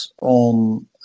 on